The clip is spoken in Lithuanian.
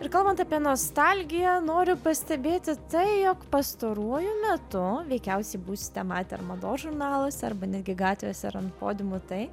ir kalbant apie nostalgiją noriu pastebėti tai jog pastaruoju metu veikiausiai būsite matę ir mados žurnaluose arba netgi gatvėse ir ant podiumų tai